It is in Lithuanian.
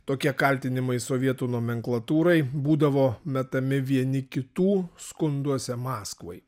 tokie kaltinimai sovietų nomenklatūrai būdavo metami vieni kitų skunduose maskvai